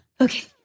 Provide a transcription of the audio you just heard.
Okay